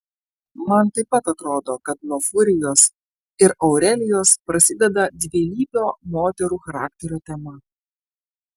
man taip pat atrodo kad nuo furijos ir aurelijos prasideda dvilypio moterų charakterio tema